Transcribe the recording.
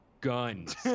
guns